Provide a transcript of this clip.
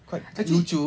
actually